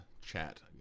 chat